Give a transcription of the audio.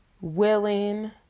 Willing